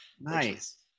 nice